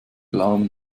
glauben